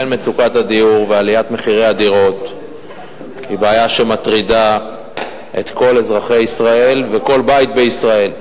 עליית מחירי הדירות היא בעיה שמטרידה את כל אזרחי ישראל וכל בית בישראל: